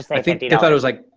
i think they thought it was like,